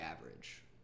average